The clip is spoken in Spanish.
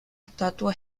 estatua